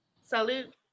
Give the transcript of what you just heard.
Salute